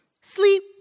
sleep